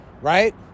right